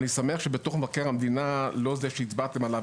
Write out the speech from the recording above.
אני שמח שבדוח מבקר המדינה לא זה שהצבעתם עליו,